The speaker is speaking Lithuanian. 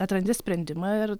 atrandi sprendimą ir